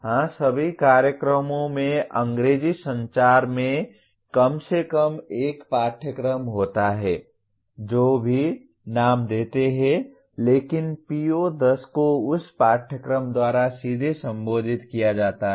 हां सभी कार्यक्रमों में अंग्रेजी संचार में कम से कम एक पाठ्यक्रम होता है जो भी नाम देते हैं लेकिन PO10 को उस पाठ्यक्रम द्वारा सीधे संबोधित किया जाता है